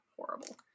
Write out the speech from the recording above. Horrible